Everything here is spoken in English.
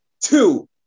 two